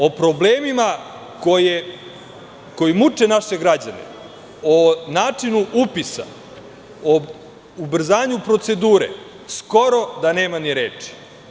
O problemima koji muče naše građane, o načinu upisa, o ubrzanju procedure skoro da nema ni reči.